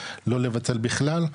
לא לבטל בכלל,